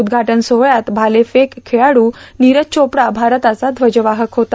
उद्घाटन सोहळ्यात भालाफेक खेळाडू नीरज चोपडा भारताचा ध्वजवाहक होता